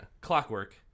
clockwork